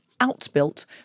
outbuilt